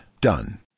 Done